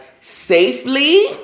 safely